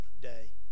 day